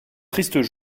tristes